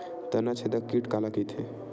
तनाछेदक कीट काला कइथे?